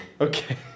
Okay